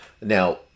Now